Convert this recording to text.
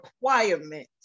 requirement